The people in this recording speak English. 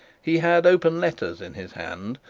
he had open letters in his hand,